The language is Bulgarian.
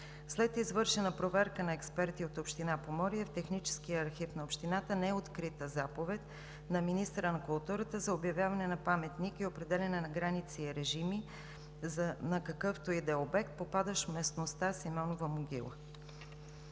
След извършена проверка на експерти от община Поморие в техническия архив на общината не е открита заповед на министъра на културата за обявяване на паметник и определяне на граници и режими на какъвто и да е обект, попадащ в местността „Симеонова могила“.